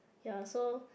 ya so